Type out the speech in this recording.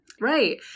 Right